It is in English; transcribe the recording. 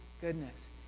goodness